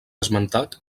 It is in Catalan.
esmentat